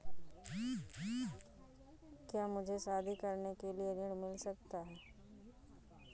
क्या मुझे शादी करने के लिए ऋण मिल सकता है?